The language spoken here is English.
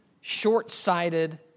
short-sighted